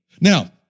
Now